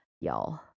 y'all